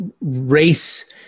race